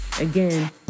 Again